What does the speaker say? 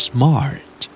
SMART